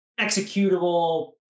executable